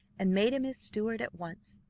and made him his steward at once.